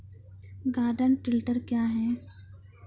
Garden tiller क्या हैं?